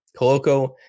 Coloco